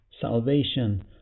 salvation